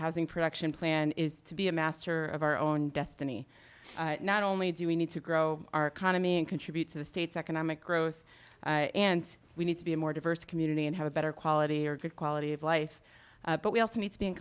housing protection plan is to be a master of our own destiny not only do we need to grow our economy and contribute to the state's economic growth and we need to be a more diverse community and have a better quality or good quality of life but we also need